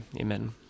Amen